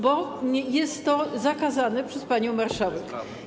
Bo jest to zakazane przez panią marszałek.